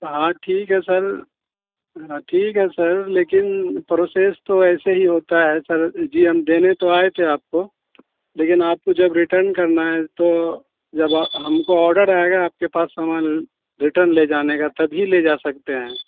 ہاں ٹھیک ہے سر ہاں ٹھیک ہے سر لیکن پروسیس تو ایسے ہی ہوتا ہے سر جی ہم دینے تو آئے تھے آپ کو لی کن آپ کو جب ریٹرن کرنا ہے تو جب ہم کو آرڈر آئے گا آپ کے پاس سامان ریٹرن لے جانے کا تبھی لے جا سکتے ہیں